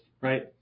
right